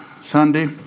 Sunday